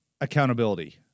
accountability